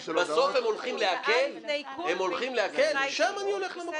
בסוף הם הולכים לעקל שם אני הולך למקום הזה.